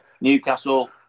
Newcastle